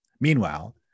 Meanwhile